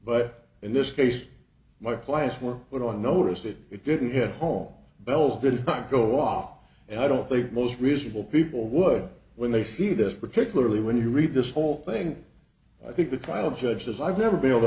but in this case my clients were put on notice that it didn't hit home bell did not go off and i don't think most reasonable people would when they see this particularly when you read this whole thing i think the trial judges i've never been able to